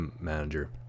manager